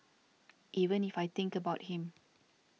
even if I think about him